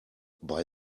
bei